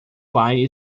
pai